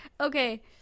Okay